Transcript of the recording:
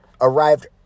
arrived